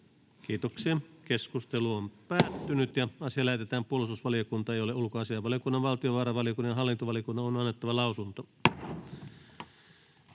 4. asia. Puhemiesneuvosto ehdottaa, että asia lähetetään puolustusvaliokuntaan, jolle ulkoasiainvaliokunnan, valtiovarainvaliokunnan ja hallintovaliokunnan on annettava lausunto.